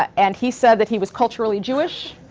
and he said that he was culturally jewish,